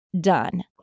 done